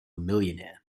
millionaire